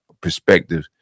perspective